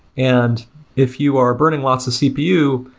and if you are burning lots of cpu,